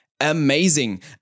Amazing